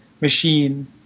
machine